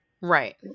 Right